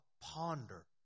ponder